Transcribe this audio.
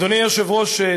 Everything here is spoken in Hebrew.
אדוני היושב-ראש,